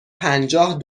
پنجاه